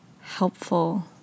helpful